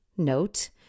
note